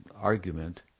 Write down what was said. argument